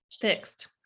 fixed